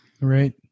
Right